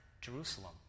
Jerusalem